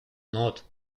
not